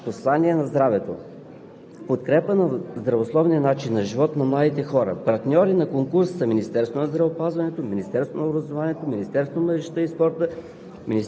провел кампании „Антиспин и антидрога“. През 2019 г. продължава и дейността на Националния ученически конкурс „Посланици на здравето“